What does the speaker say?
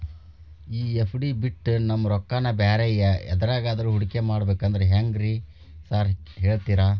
ಈ ಎಫ್.ಡಿ ಬಿಟ್ ನಮ್ ರೊಕ್ಕನಾ ಬ್ಯಾರೆ ಎದ್ರಾಗಾನ ಹೂಡಿಕೆ ಮಾಡಬೇಕಂದ್ರೆ ಹೆಂಗ್ರಿ ಸಾರ್ ಹೇಳ್ತೇರಾ?